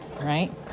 right